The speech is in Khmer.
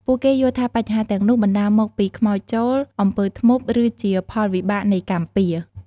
ពួកគេយល់ថាបញ្ហាទាំងនោះបណ្តាលមកពី ខ្មោចចូល អំពើធ្មប់ ឬជាផលវិបាកនៃ កម្មពៀរ។